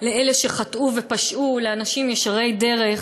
בין אלה שחטאו ופשעו לאנשים ישרי דרך,